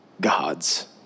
God's